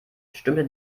stimmte